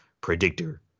predictor